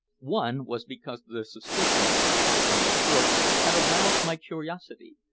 one was because the suspicions of the captain of the port had aroused my curiosity,